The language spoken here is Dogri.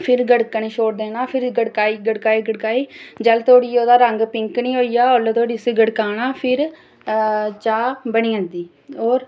फिर गड़कने गी छोड़ी देना फिर गड़काई गड़काई जेल्लै धोड़ी ओह्दा रंग पिंक निं होई जा ओल्लै धोड़ी उसी गड़काना चाह् बनी जंदी होर